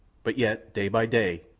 but yet, day by day,